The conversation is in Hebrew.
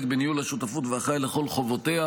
בניהול השותפות ואחראי לכל חובותיה,